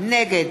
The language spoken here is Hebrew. נגד